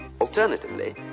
Alternatively